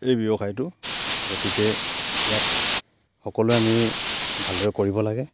এই ব্যৱসায়টো গতিকে ইয়াক সকলোৱে আমি ভালদৰে কৰিব লাগে